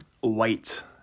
white